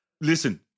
Listen